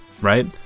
right